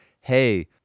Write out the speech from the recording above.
hey